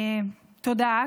תודה.